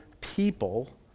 people